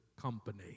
company